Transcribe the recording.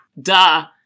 duh